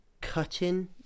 cutting